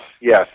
yes